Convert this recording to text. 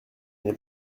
n’ai